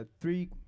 three